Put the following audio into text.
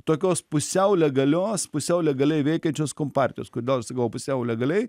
tokios pusiau legalios pusiau legaliai veikiančios kompartijos kodėl aš sakau pusiau legaliai